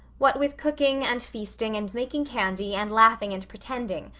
what with cooking and feasting and making candy and laughing and pretending,